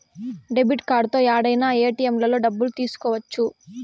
debit కార్డుతో యాడైనా ఏటిఎంలలో డబ్బులు తీసుకోవచ్చు